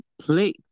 play